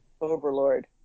Overlord